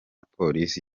polisi